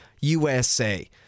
USA